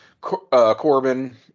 corbin